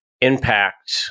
Impact